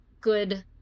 good